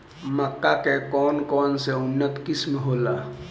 मक्का के कौन कौनसे उन्नत किस्म होला?